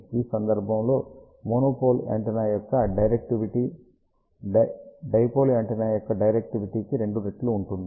ఈ సందర్భంలో monopole antenna యొక్క డైరెక్టివిటీ డైపోల్ యాంటెన్నా యొక్క డైరెక్టివిటీకి రెండు రెట్లు ఉంటుంది